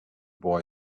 boy